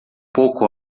pouco